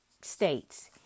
states